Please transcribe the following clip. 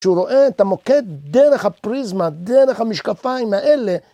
כשהוא רואה את המוקד דרך הפריזמה, דרך המשקפיים האלה